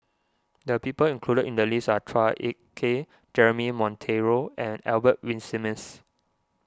the people included in the list are Chua Ek Kay Jeremy Monteiro and Albert Winsemius